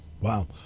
Wow